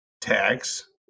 tags